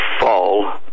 fall